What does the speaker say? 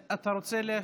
אוקיי.